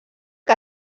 que